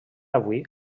avui